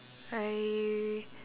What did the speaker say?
I